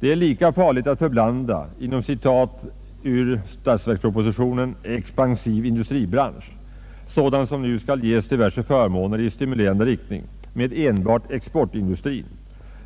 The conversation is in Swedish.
Det är lika farligt att förblanda — för att citera ur statsverkspropositionen — ”expansiv industribransch”, sådan som nu skall ges diverse förmåner i stimulerande riktning, med enbart exportindustri,